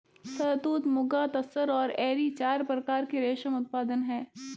शहतूत, मुगा, तसर और एरी चार प्रकार के रेशम उत्पादन हैं